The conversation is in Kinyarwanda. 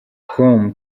com